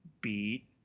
beat